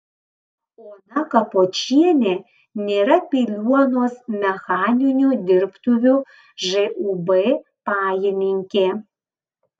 ona kapočienė nėra piliuonos mechaninių dirbtuvių žūb pajininkė